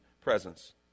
presence